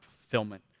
fulfillment